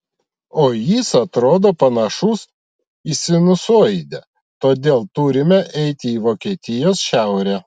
o jis atrodo panašus į sinusoidę todėl turime eiti į vokietijos šiaurę